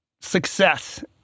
success